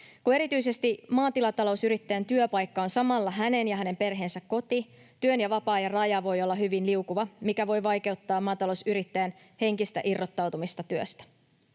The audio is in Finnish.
Kun erityisesti maatilatalousyrittäjän työpaikka on samalla hänen ja hänen perheensä koti, työn ja vapaa-ajan raja voi olla hyvin liukuva, mikä voi vaikeuttaa maatalousyrittäjän henkistä irrottautumista työstä.